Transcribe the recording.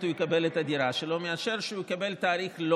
הוא יקבל את הדירה שלו מאשר שהוא יקבל תאריך לא